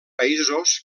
països